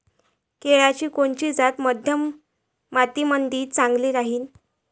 केळाची कोनची जात मध्यम मातीमंदी चांगली राहिन?